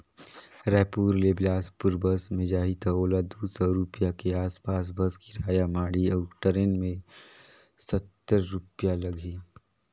रायपुर ले बेलासपुर बस मे जाही त ओला दू सौ रूपिया के आस पास बस किराया माढ़ही अऊ टरेन मे सत्तर रूपिया लागही